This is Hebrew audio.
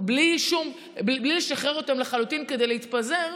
בלי לשחרר אותם לחלוטין כדי להתפזר,